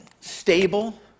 stable